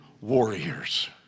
warriors